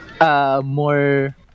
more